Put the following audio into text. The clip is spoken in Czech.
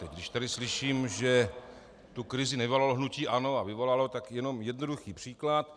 Když tady slyším, že tu krizi nevyvolalo hnutí ANO, a vyvolalo, tak jenom jednoduchý příklad.